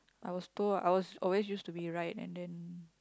I was told I was always used to be right and then